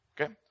Okay